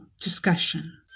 discussion